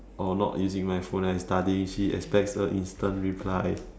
or not using my phone and studying she expects a instant reply